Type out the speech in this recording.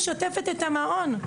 היא שוטפת את המעון,